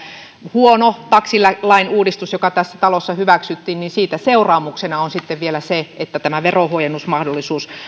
huono taksilain uudistus joka tässä talossa hyväksyttiin ja siitä seuraamuksena on sitten vielä se että tämä verohuojennusmahdollisuus